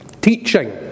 teaching